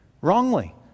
wrongly